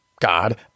God